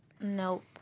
Nope